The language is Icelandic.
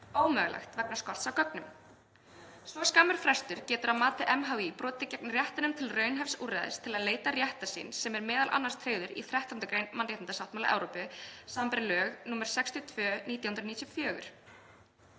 ómögulegt vegna skorts á gögnum. Svo skammur frestur getur að mati MHÍ brotið gegn réttinum til raunhæfs úrræðis til að leita réttar síns sem m.a. er tryggður í 13. gr. Mannréttindasáttmála Evrópu sbr. lög 62/1994.